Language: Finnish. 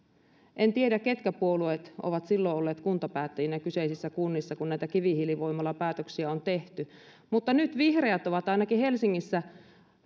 en tiedä ketkä puolueet ovat silloin olleet kuntapäättäjinä kyseisissä kunnissa kun näitä kivihiilivoimalapäätöksiä on tehty mutta nyt vihreät ovat ainakin helsingissä